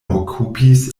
okupis